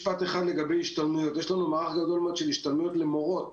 לגבי השתלמויות - יש לנו מערך גדול מאוד של השתלמויות למורות